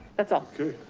that's all. okay,